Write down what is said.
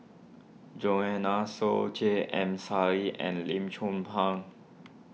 Joanne Soo J M Sali and Lim Chong Pang